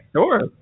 Sure